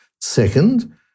Second